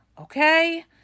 okay